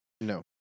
No